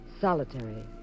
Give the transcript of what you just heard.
solitary